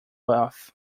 off